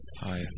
Hi